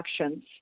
actions